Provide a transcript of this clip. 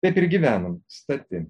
taip ir gyvenom stati